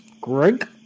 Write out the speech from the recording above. Greg